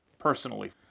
personally